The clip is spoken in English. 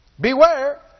Beware